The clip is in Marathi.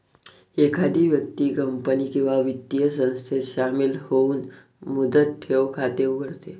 एखादी व्यक्ती कंपनी किंवा वित्तीय संस्थेत शामिल होऊन मुदत ठेव खाते उघडते